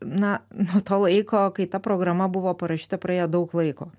na nuo to laiko kai ta programa buvo parašyta praėjo daug laiko